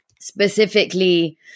specifically